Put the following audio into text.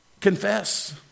confess